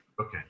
Okay